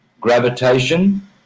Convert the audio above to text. gravitation